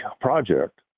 project